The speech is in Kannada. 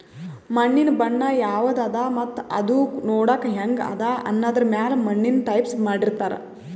ಮಣ್ಣಿನ್ ಬಣ್ಣ ಯವದ್ ಅದಾ ಮತ್ತ್ ಅದೂ ನೋಡಕ್ಕ್ ಹೆಂಗ್ ಅದಾ ಅನ್ನದರ್ ಮ್ಯಾಲ್ ಮಣ್ಣಿನ್ ಟೈಪ್ಸ್ ಮಾಡಿರ್ತಾರ್